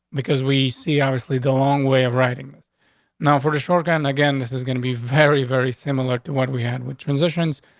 because we see, obviously the long way of writing. now for the short gun again, this is gonna be very, very similar to what we had with transitions.